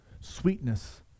Sweetness